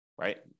right